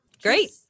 great